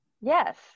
yes